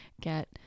get